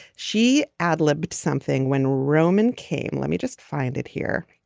she ad libbed something when roman came let me just find it here